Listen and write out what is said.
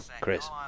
Chris